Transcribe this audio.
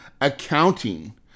accounting